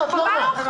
את לא עונה.